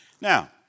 Now